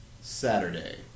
Saturday